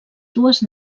dues